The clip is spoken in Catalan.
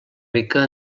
rica